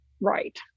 right